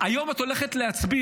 היום את הולכת להצביע,